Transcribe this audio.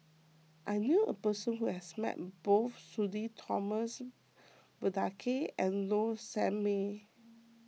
I knew a person who has met both Sudhir Thomas Vadaketh and Low Sanmay